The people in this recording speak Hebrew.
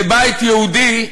בית יהודי,